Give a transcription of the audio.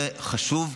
זה חשוב.